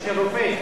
של רופא.